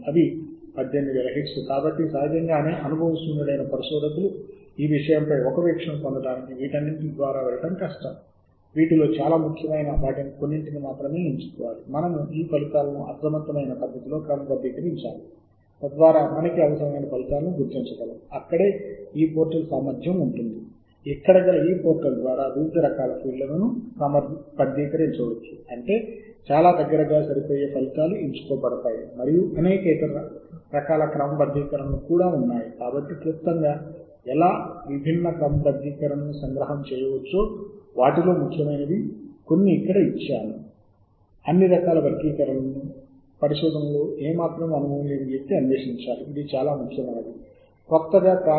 మరియు వివిధ రంగాలు ఏమిటి ఎటువంటి ఫీల్డ్లు అందుబాటులో ఉన్నాయో మీరు చూడవచ్చు తేదీలు అనులేఖనాలు ప్రస్తుతాన్వయము మొదటి రచయిత మరియు మీరు ఎంచుకునే మార్గం ముందుకు మరియు వెనుకబడిన క్రమబద్ధీకరించిన క్రమం అలాగే టైటిల్ నుండి మరియు ఇక్కడ నేను ఒక నక్షత్రం ఉంచాను మళ్ళీ ఉదహరించబడింది ఎందుకంటే అనుభవగ్నుడు అయిన పరిశోధకుడిని గుర్తించడం చాలా ముఖ్యం ఏమి ఈ ప్రాంతంలో పెద్ద సంఖ్యలో పరిశోధకులు సూచించే ప్రచురణలు మీరు ఈ ప్రాంతంలోని ముఖ్యమైన పని భాగాలను వెంటనే గుర్తిస్తారు